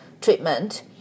treatment